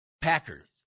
Packers